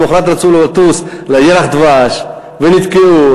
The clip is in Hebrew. למחרת רצו לטוס לירח דבש ונתקעו,